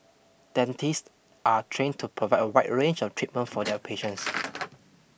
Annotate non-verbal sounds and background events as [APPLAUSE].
dentists are trained to provide a wide range of treatment for their patients [NOISE]